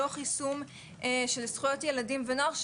דוח יישום של זכויות ילדים ונוער.